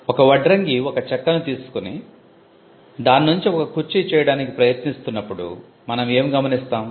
ఒక వడ్రంగి ఒక చెక్కను తీసుకుని దాన్నుంచి ఒక కుర్చీ చేయడానికి ప్రయత్నిస్తున్నప్పుడు మనం ఏం గమనిస్తాం